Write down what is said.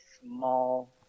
small